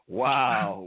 wow